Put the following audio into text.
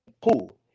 pool